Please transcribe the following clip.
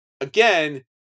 again